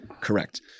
Correct